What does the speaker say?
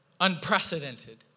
unprecedented